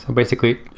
and basically,